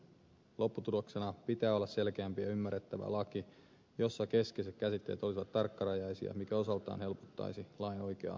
lopputuloksena pitää olla selkeämpi ja ymmärrettävä laki jossa keskeiset käsitteet olisivat tarkkarajaisia mikä osaltaan helpottaisi lain oikeaa soveltamista